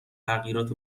تغییرات